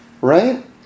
right